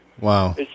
Wow